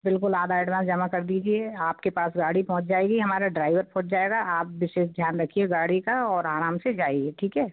बिल्कुल आधा एडवांस जमा कर दीजिए आप के पास गाड़ी पहोंच जाएगी हमारा ड्राइवर पहुंच जाएगा आप विशेष ध्यान रखिए गाड़ी का और आराम से जाइए ठीक है